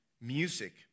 music